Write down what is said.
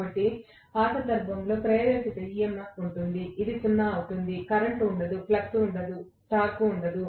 కాబట్టి ఆ సందర్భంలో ప్రేరేపిత EMF ఉంటుంది ఇది 0 సున్నా అవుతుంది కరెంట్ ఉండదు ఫ్లక్స్ ఉండదు టార్క్ ఉండదు